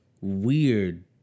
weird